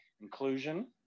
inclusion